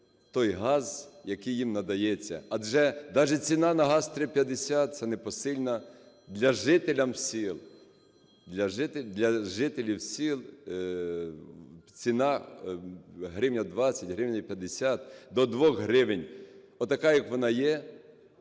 той газ, який їм надається. Адже навіть ціна на газ 3,50 – це непосильна для жителів сіл. Для жителів сіл ціна 1 гривня 20, 1 гривня 50, до двох гривень, така, як вона є,